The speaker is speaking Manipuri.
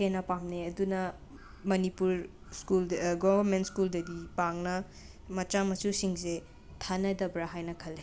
ꯍꯦꯟꯅ ꯄꯥꯝꯅꯩ ꯑꯗꯨꯅ ꯃꯅꯤꯄꯨꯔ ꯁ꯭ꯀꯨꯜꯗ ꯒꯣꯕꯔꯃꯦꯟ ꯁ꯭ꯀꯨꯜꯗꯗꯤ ꯄꯥꯡꯅ ꯃꯆꯥ ꯃꯁꯨꯁꯤꯡꯁꯦ ꯊꯥꯅꯗꯕ꯭ꯔꯥ ꯍꯥꯏꯅ ꯈꯜꯂꯤ